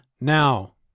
now